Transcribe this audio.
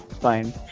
fine